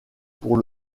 pour